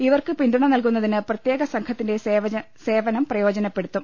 ഇവർക്ക് പിന്തുണ നൽകുന്നതിന് പ്രത്യേക സംഘത്തിന്റെ സേവനം പ്രയോജനപ്പെ ടുത്തും